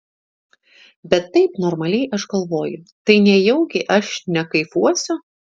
bet taip normaliai aš galvoju tai nejaugi aš nekaifuosiu